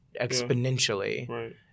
exponentially